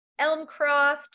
Elmcroft